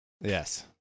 Yes